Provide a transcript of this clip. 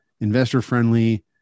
investor-friendly